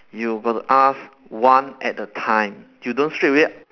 you got to ask one at a time you don't straight away